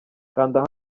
kanda